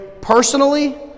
personally